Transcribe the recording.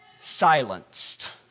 Silenced